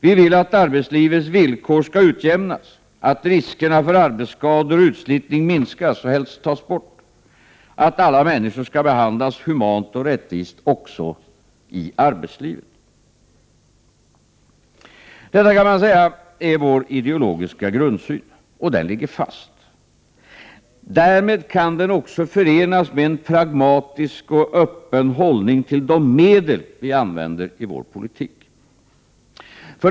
Vi vill att arbetslivets villkor skall utjämnas, att riskerna för arbetsskador och utslitning minskar och helst tas bort och att alla människor skall behandlas humant och rättvist också i arbetslivet. Man kan säga att detta är vår ideologiska grundsyn, och den ligger fast. Därmed kan den också förenas med en pragmatisk och öppen hållning till de medel som vi använder i vår politik.